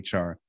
HR